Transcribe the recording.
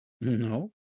No